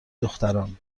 دختران